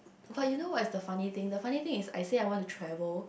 but you know what is the funny thing the funny thing is I said I want to travel